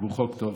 והוא חוק טוב